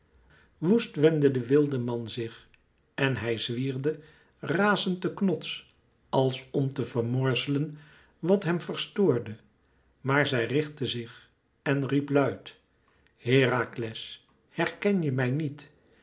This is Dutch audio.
woest wendde de wildeman zich en hij zwierde razend den knots als om te vermorzelen wat hem verstoorde maar zij richtte zich en riep luid herakles herken je mij niet